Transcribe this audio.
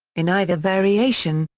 in either variation,